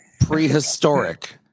prehistoric